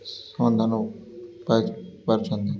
ସମାଧାନ ପାଇପାରୁଛନ୍ତି